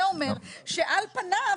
זה אומר שעל פניו,